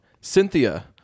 Cynthia